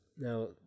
Now